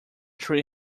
three